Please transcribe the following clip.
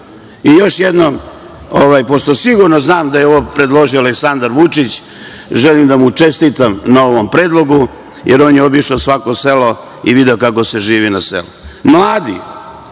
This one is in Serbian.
jednom, pošto sigurno znam da je ovo predložio Aleksandar Vučić, želim da mu čestitam na ovom predlogu, jer on obišao svako selo i video kako se živi na selu. Mladi,